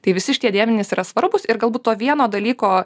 tai visi šitie dėmenys yra svarbūs ir galbūt to vieno dalyko